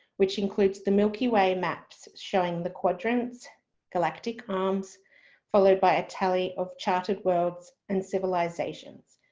which includes the milky way maps, showing the quadrants galactic arms followed by a tally of chartered worlds and civilizations,